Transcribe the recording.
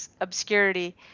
obscurity